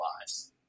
lives